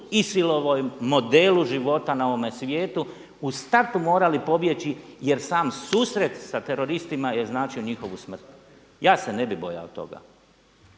isilovom modelu života na ovome svijetu u startu morali pobjeći jer sam susret sa teroristima je značio njihovu smrt. Ja se ne bih bojao toga.